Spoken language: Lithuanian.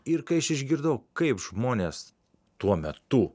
ir kai aš išgirdau kaip žmonės tuo metu